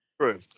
True